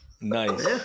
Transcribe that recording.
Nice